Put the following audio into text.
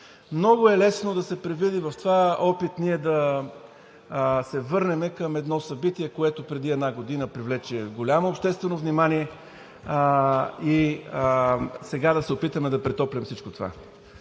Много е лесно да се предвиди в този опит ние да се върнем към едно събитие, което преди една година привлече голямо обществено внимание и сега да се опитаме да претоплим всичко това.